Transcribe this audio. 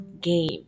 game